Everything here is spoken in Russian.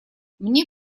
мне